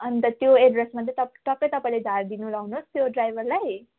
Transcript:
अन्त त्यो एड्रेसमा चाहिँ टक्कै तपाईँले झारिदिनु लगाउनुहोस् त्यो ड्राइभरलाई